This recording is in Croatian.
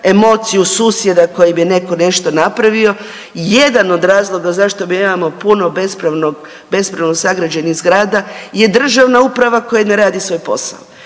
emociju susjeda koji bi neko nešto napravio. Jedan od razloga zašto mi imamo puno bespravno sagrađenih zgrada je državna uprava koja ne radi svoj posao.